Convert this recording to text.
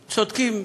צודקים,